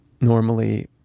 normally